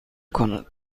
کند